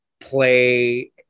play